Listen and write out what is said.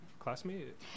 classmate